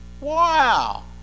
Wow